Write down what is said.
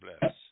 bless